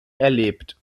erlebt